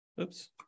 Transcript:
Oops